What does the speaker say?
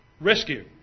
rescue